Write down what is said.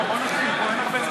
לא נתקבלה.